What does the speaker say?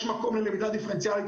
יש מקום ללמידה דיפרנציאלית,